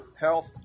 health